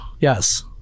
yes